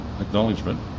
acknowledgement